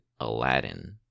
aladdin